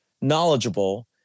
knowledgeable